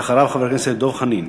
ואחריו, חבר הכנסת דב חנין.